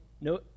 no